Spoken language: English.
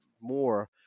more